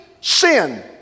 sin